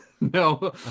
No